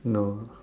no ah